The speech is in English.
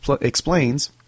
explains